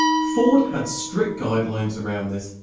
ford had strict guidelines around this,